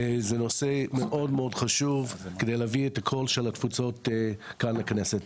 זה נושא מאוד מאוד חשוב כדי להביא את הקול של התפוצות כאן לכנסת.